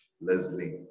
Leslie